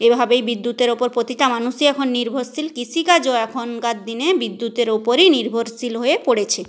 এভাবেই বিদ্যুতের ওপর প্রতিটা মানুষই এখন নির্ভরশীল কৃষিকাজও এখনকার দিনে বিদ্যুতের ওপরই নির্ভরশীল হয়ে পড়েছে